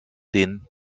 den